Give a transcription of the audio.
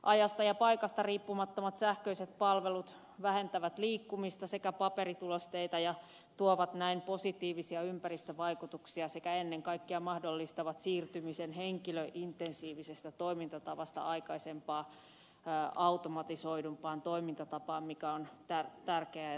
ajasta ja paikasta riippumattomat sähköiset palvelut vähentävät liikkumista sekä paperitulosteita ja tuovat näin positiivisia ympäristövaikutuksia sekä ennen kaikkea mahdollistavat siirtymisen henkilöintensiivisestä toimintatavasta aikaisempaa automatisoidumpaan toimintatapaan mikä on tärkeää ja tarpeen